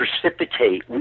precipitate